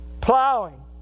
plowing